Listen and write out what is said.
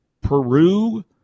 Peru